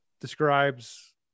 describes